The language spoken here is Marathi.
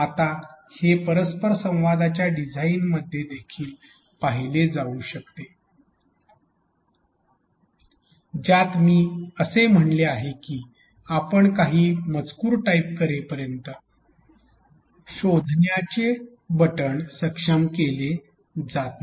आता हे परस्पर संवादाच्या डिझाइनमध्ये देखील पाहिले जाऊ शकते ज्यात मी असे म्हटले आहे की आपण जसे काही मजकूर टाइप करेपर्यंत शोधण्याचे बटण सक्षम केले जात नाही